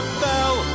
fell